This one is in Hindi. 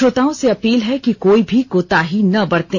श्रोताओं से अपील है कि कोई भी कोताही न बरतें